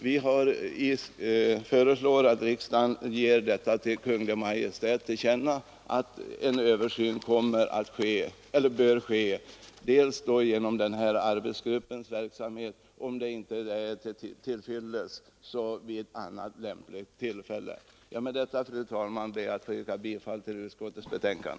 Vi föreslår att riksdagen ger Kungl. Maj:t till känna vad utskottet anfört om en översyn av frågan, och vi påpekar att om resultatet av arbetsgruppens verksamhet inte blir till fyllest skall saken ses över vid annat lämpligt tillfälle. Med detta, fru talman, ber jag att få yrka bifall till utskottets hemställan.